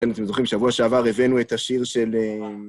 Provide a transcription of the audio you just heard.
כן, אתם זוכרים, שבוע שעבר הבאנו את השיר של...